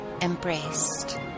embraced